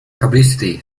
publicity